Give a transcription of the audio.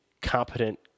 competent